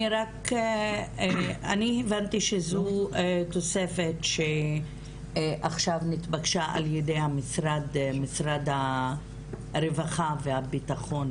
אני הבנתי שזו תוספת שעכשיו נתבקשה על ידי משרד הרווחה והביטחון